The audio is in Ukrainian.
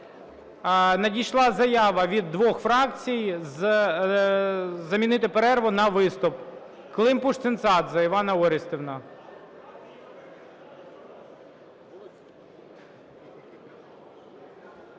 Надійшла заява від двох фракцій замінити перерву на виступ. Климпуш-Цинцадзе Іванна Орестівна.